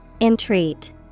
Entreat